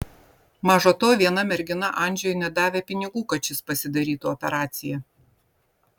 maža to viena mergina andžejui net davė pinigų kad šis pasidarytų operaciją